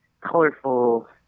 colorful